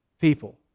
people